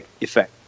effect